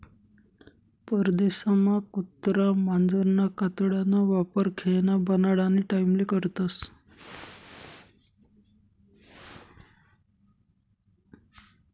परदेसमा कुत्रा मांजरना कातडाना वापर खेयना बनाडानी टाईमले करतस